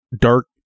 dark